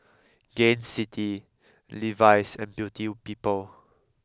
Gain City Levi's and Beauty People